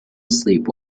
asleep